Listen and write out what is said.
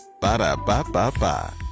Ba-da-ba-ba-ba